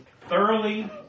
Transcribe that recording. thoroughly